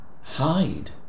hide